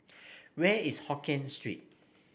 where is Hokien Street